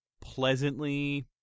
pleasantly